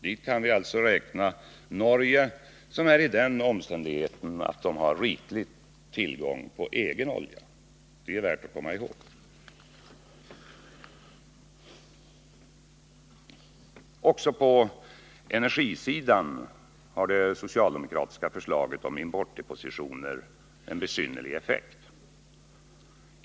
Dit kan vi alltså räkna Norge, som är i den omständigheten att man har riklig tillgång på egen olja. Det är värt att komma ihåg. Också på energisidan har det socialdemokratiska förslaget om importdepositioner en besynnerlig effekt.